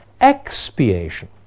expiation